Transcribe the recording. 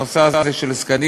הנושא הזה של זקנים.